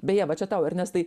beje va čia tau ernestai